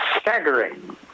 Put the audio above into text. staggering